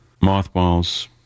mothballs